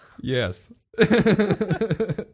Yes